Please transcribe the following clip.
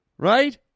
Right